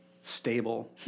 stable